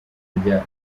rya